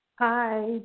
hi